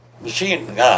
machine